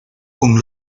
con